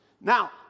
Now